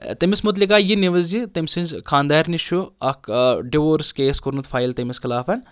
تیٚمِس متعلق آے یہِ نِوٕز زِ تیٚمسٕنٛزِ خاندارنہِ چھُ اَکھ ڈِووٚرٕس کیس کوٚرمُت فایِل تیٚمِس خٕلاف